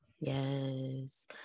Yes